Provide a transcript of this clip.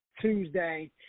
Tuesday